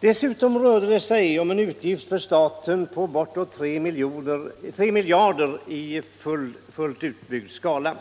Dessutom rör det sig om en utgift för staten på bortåt 3 miljarder kronor när reformen är fullt genomförd.